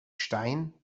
stein